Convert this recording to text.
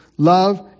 Love